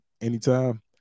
anytime